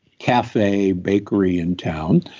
cafe bakery in town.